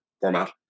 format